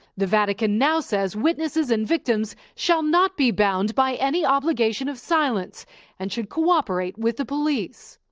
the vatican now says witnesses and victims shall not be bound by any obligation of silence and should cooperate with the police.